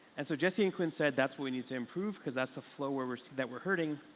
and so jesse and quinn said, that's what we need to improve because that's a flow where we're see that we're hurting.